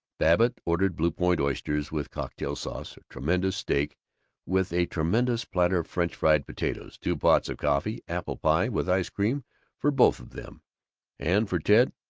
babbitt ordered blue point oysters with cocktail sauce, a tremendous steak with a tremendous platter of french fried potatoes, two pots of coffee, apple pie with ice cream for both of them and, for ted,